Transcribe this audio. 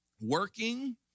working